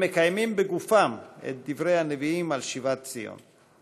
הם מקיימים בגופם את דברי הנביאים על שיבת ציון.